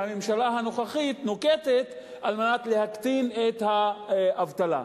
שהממשלה הנוכחית נוקטת על מנת להקטין את האבטלה.